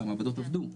הרי המעבדות עבדו,